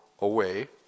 away